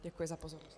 Děkuji za pozornost.